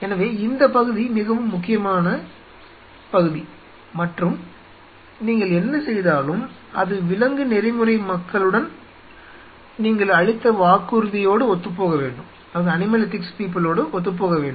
எனவே இந்த பகுதி மிகவும் முக்கியமான மற்றும் நீங்கள் என்ன செய்தாலும் அது விலங்கு நெறிமுறை மக்களுடன் நீங்கள் அளித்த வாக்குறுதியோடு ஒத்துப்போக வேண்டும்